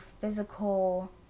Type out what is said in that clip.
physical